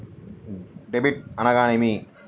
Debit అనగానేమి?